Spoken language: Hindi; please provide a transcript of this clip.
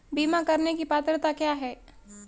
बीमा करने की पात्रता क्या है?